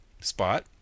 Spot